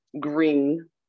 green